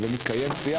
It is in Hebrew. ומתקיים שיח.